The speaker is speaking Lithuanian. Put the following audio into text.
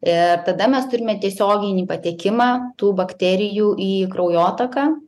ir tada mes turime tiesioginį patekimą tų bakterijų į kraujotaką